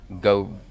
go